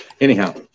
Anyhow